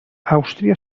àustria